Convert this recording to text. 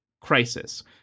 crisis